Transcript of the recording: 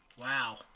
Wow